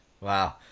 Wow